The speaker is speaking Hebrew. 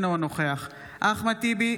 אינו נוכח אחמד טיבי,